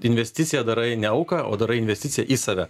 investiciją darai ne auką o darai investiciją į save